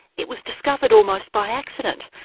it was discovered almost by accident,